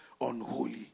unholy